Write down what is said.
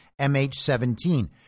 MH17